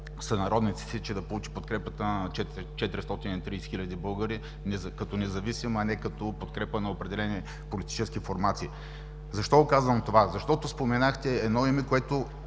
сънародниците си, че да получи подкрепата на 430 хил. българи като независим, а не като подкрепа на определени политически формации. Защо казвам това? Защото споменахте едно име, което